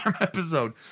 episode